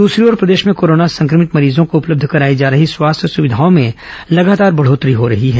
दूसरी ओर प्रदेश में कोरोना संक्रमित मरीजों को उपलब्ध कराई जा रही स्वास्थ्य सुविधाओं में लगातार वृद्धि हो रही है